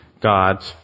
God